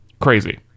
Crazy